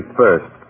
first